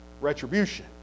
retribution